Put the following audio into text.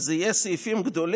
אז אלה יהיו סעיפים גדולים,